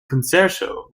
concerto